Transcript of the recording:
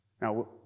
Now